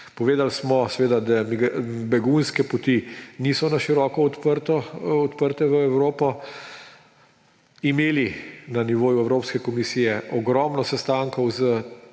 Povedali smo, da begunske poti niso na široko odprte v Evropo, imeli na nivoji Evropske komisije ogromno sestankov